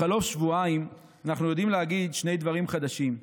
בחלוף שבועיים אנחנו יודעים להגיד שני דברים חדשים: